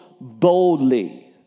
boldly